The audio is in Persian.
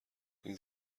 این